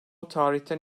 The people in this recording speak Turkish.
tarihten